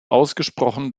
ausgesprochen